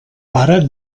pare